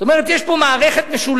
זאת אומרת, יש פה מערכת משולבת: